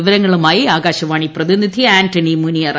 വിശദാംശങ്ങളുമായി ആകാശവാണി പ്രതിനിധി ആന്റണി മുനിയറ